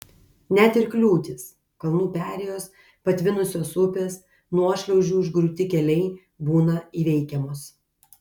net ir kliūtys kalnų perėjos patvinusios upės nuošliaužų užgriūti keliai būna įveikiamos